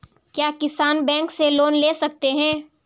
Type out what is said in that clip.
क्या किसान बैंक से लोन ले सकते हैं?